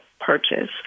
purchase